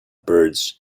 birds